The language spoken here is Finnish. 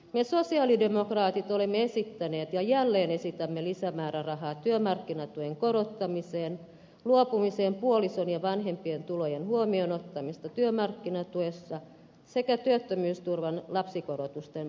me sosialidemokraatit olemme esittäneet ja jälleen esitämme lisämäärärahaa työmarkkinatuen korottamiseen luopumiseen puolison ja vanhempien tulojen huomioon ottamisesta työmarkkinatuessa sekä työttömyysturvan lapsikorotusten parantamiseen